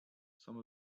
some